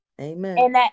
Amen